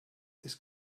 this